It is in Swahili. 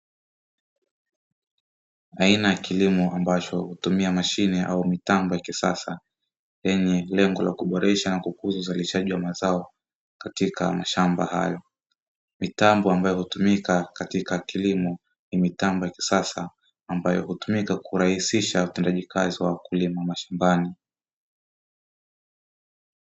Aina ya kilimo ambacho hutumia mashine au mitambo ya kisasa, yenye lengo la kuboresha na kukuza uzalishaji wa mazao katika mashamba hayo, mitambo ambayo utumika katika kilimo ni mitambo ya kisasa ambayo utumika kurahisisha utendaji kazi wa wakulima mashambani.